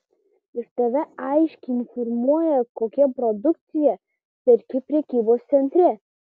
ir tave aiškiai informuoja kokią produkciją perki prekybos centre